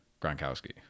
Gronkowski